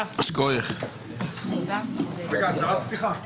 הישיבה ננעלה בשעה 09:45.